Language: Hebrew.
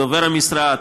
דובר המשרד,